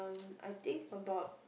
I think about